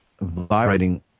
vibrating